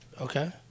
Okay